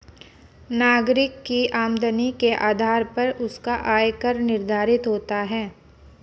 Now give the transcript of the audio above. नागरिक की आमदनी के आधार पर उसका आय कर निर्धारित होता है